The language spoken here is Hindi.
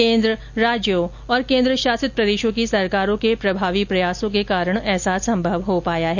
केन्द्र राज्यों तथा केन्द्र शासित प्रदेशों की सरकारों के प्रभावी प्रयासों के कारण ऐसा संभव हो पाया है